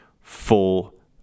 full